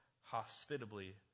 hospitably